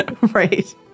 Right